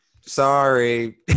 Sorry